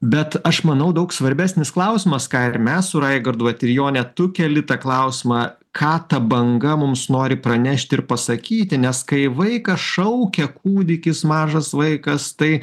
bet aš manau daug svarbesnis klausimas ką ir mes su raigardu vat ir jone tu keli tą klausimą ką ta banga mums nori pranešti ir pasakyti nes kai vaikas šaukia kūdikis mažas vaikas tai